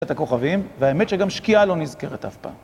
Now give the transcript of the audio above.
את הכוכבים, והאמת שגם שקיעה לא נזכרת אף פעם.